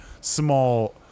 small